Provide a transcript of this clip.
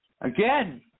Again